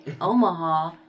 Omaha